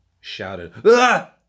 shouted